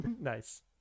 Nice